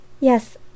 Yes